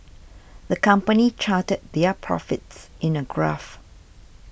the company charted their profits in a graph